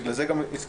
בגלל זה גם הסכמנו,